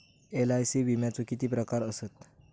LIC विम्याचे किती प्रकार आसत?